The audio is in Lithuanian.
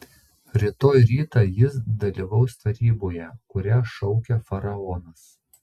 rytoj rytą jis dalyvaus taryboje kurią šaukia faraonas